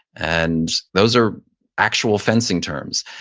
and those are actual fencing terms.